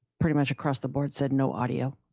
pretty much across the board said no audio.